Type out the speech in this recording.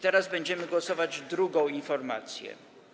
Teraz będziemy głosować nad drugą informacją.